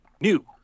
new